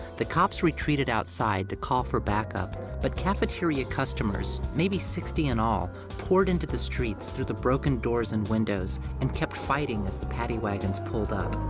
the cops retreated outside to call for backup, but cafeteria customers maybe sixty in all poured into the streets through the broken doors and windows, and kept fighting as the paddy wagons pulled up.